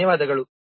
ತುಂಬ ಧನ್ಯವಾದಗಳು